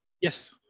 yes